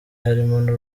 harimo